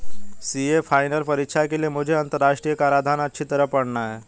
CA final परीक्षा के लिए मुझे अंतरराष्ट्रीय कराधान अच्छी तरह पड़ना है